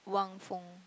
Wang Feng